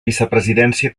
vicepresidència